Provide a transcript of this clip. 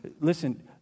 listen